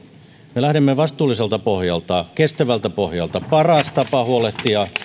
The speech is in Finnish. me lähdemme vastuulliselta pohjalta kestävältä pohjalta paras tapa huolehtia